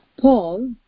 Paul